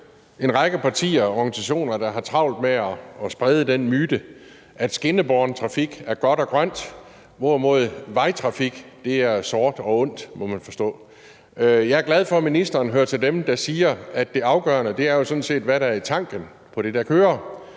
en række partier og organisationer, der har travlt med at sprede den myte, at skinnebåren trafik er godt og grønt, hvorimod vejtrafik er sort og ondt – må man forstå. Jeg er glad for, at ministeren hører til dem, der siger, at det afgørende jo sådan set er, hvad der er i tanken på det, der kører: